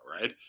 right